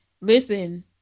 listen